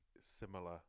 similar